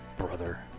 brother